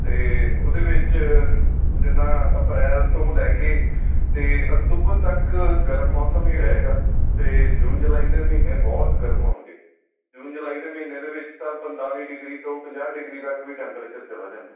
ਅਤੇ ਉਹਦੇ ਵਿੱਚ ਜਿੱਦਾਂ ਅਪ੍ਰੈਲ ਤੋਂ ਲੈ ਕੇ ਅਤੇ ਅਕਤੂਬਰ ਤੱਕ ਗਰਮ ਮੌਸਮ ਹੀ ਰਹੇਗਾ ਅਤੇ ਜੂਨ ਜੁਲਾਈ ਦੇ ਮਹੀਨੇ ਬਹੁਤ ਗਰਮ ਹੋਣਗੇ ਜੂਨ ਜੁਲਾਈ ਦੇ ਮਹੀਨੇ ਦੇ ਵਿੱਚ ਤਾਂ ਪੰਨਤਾਲੀ ਡਿਗਰੀ ਤੋਂ ਪੰਜਾਹ ਡਿਗਰੀ ਤੱਕ ਵੀ ਟੈਂਪਰੇਚਰ ਚਲਾ ਜਾਂਦਾ